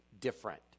different